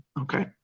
okay